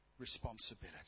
Responsibility